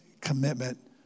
commitment